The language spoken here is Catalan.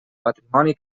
patrimoni